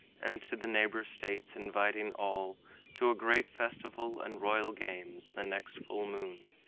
and to the neighbor states, inviting all to a great festival and royal games the next full moon,